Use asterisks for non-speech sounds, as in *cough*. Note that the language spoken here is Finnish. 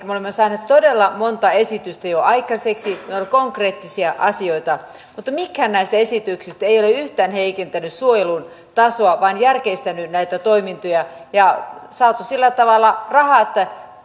*unintelligible* me olemme saaneet todella monta esitystä jo aikaiseksi ne ovat konkreettisia asioita mutta mikään näistä esityksistä ei ole yhtään heikentänyt suojelun tasoa vaan järkeistänyt näitä toimintoja ja on saatu sillä tavalla rahat